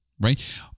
right